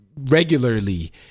regularly